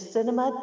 Cinema